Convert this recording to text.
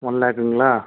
one லேக்குங்களா